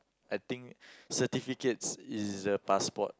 I think certificates is the passport